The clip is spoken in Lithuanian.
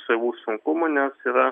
savų sunkumų nes yra